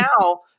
now